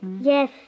Yes